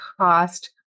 cost